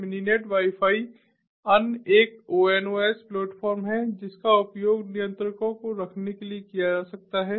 Mininet WiFi अन्य एक ONOS platform है जिसका उपयोग नियंत्रकों को रखने के लिए किया जा सकता है